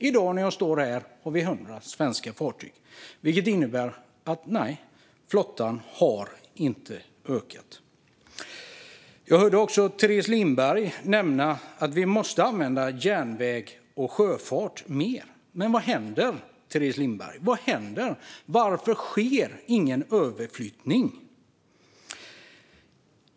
I dag när jag står här har vi 100 svenska fartyg. Det innebär att flottan inte har ökat i omfattning. Jag hörde också Teres Lindberg nämna att vi måste använda järnväg och sjöfart mer. Men vad händer, Teres Lindberg? Varför sker ingen överflyttning?